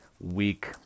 week